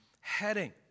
heading